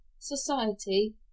society